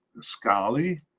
Scali